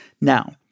Now